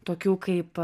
tokių kaip